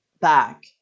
back